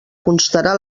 constarà